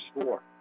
score